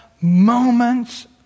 moments